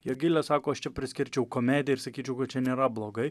jogilė sako aš čia priskirčiau komedija ir sakyčiau kad čia nėra blogai